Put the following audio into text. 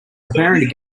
preparing